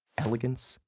elegance,